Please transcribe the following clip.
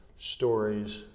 stories